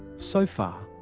so far,